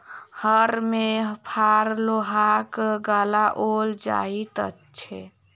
हर मे फार लोहाक लगाओल जाइत छै